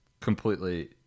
completely